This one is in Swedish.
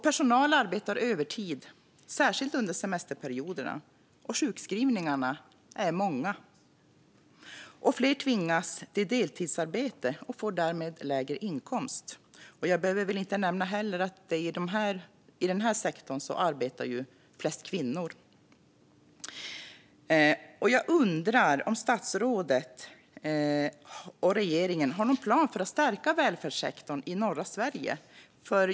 Personal arbetar övertid, särskilt under semesterperioderna, och sjukskrivningarna är många. Fler tvingas till deltidsarbete och får därmed lägre inkomst. Jag behöver väl inte nämna att en majoritet av dem som arbetar i denna sektor är kvinnor. Jag undrar om statsrådet och regeringen har någon plan för att stärka välfärdssektorn i norra Sverige.